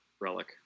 Relic